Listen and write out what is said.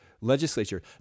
legislature